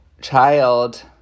child